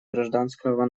гражданского